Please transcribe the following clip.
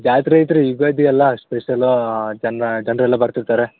ಜಾತ್ರೆ ಐತ್ರಿ ಯುಗಾದಿ ಅಲ್ಲ ಅಷ್ಟು ಸ್ಪೆಷಲ್ಲೂ ಜನ ಜನರೆಲ್ಲ ಬರ್ತಿರ್ತಾರೆ